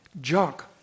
junk